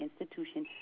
institution